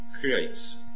creates